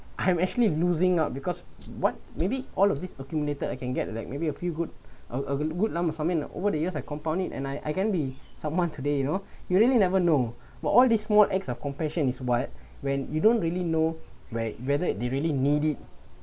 I'm actually losing out because what maybe all of this accumulated I can get like maybe a few good a a good num~ of something like over the years I compound it and I I can be someone today you know you really never know what all the small acts of compassion is what when you don't really know where whether they really need it